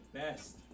best